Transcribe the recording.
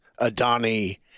Adani